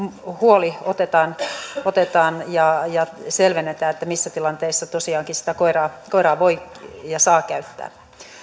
huoli otetaan otetaan vakavasti ja että sitä selvennetään missä tilanteissa tosiaankin koiraa koiraa voi ja saa käyttää